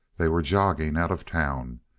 they were jogging out of town.